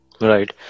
Right